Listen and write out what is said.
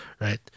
Right